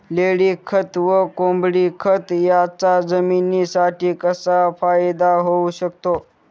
लेंडीखत व कोंबडीखत याचा जमिनीसाठी कसा फायदा होऊ शकतो?